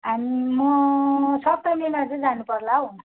हामी म सप्तमीमा चाहिँ जानुपर्ला हौ